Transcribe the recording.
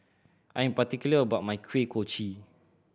I am particular about my Kuih Kochi